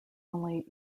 only